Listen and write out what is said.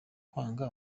kwanga